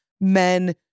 men